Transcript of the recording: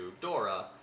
Dora